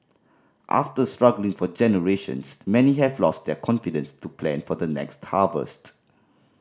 after struggling for generations many have lost their confidence to plan for the next harvest